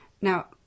Now